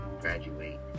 graduate